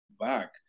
back